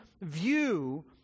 view